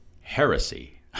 heresy